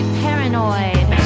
paranoid